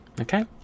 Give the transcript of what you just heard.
okay